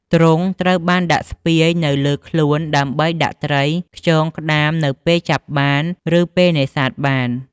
ទ្រុងត្រូវបានដាក់ស្ពាយនៅលើខ្លួន ដើម្បីដាក់ត្រី ខ្យង ក្តាម នៅពេលចាប់បានឬពេលនេសាទបាន។